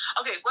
Okay